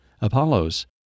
apollos